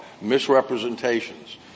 misrepresentations